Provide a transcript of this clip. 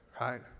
right